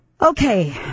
Okay